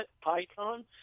python